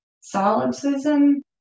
solipsism